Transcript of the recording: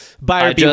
buyer